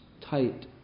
tight